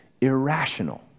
irrational